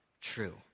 true